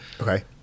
okay